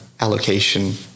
allocation